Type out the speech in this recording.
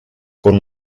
con